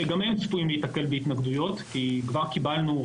שגם הם צפויים להיתקל בהתנגדויות כי כבר קיבלנו,